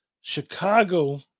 Chicago